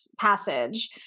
passage